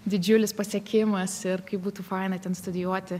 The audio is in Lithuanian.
didžiulis pasiekimas ir kaip būtų faina ten studijuoti